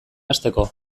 hasteko